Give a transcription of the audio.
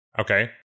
okay